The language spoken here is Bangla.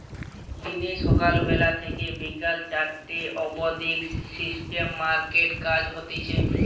দিনে সকাল বেলা থেকে বিকেল চারটে অবদি স্টক মার্কেটে কাজ হতিছে